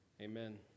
Amen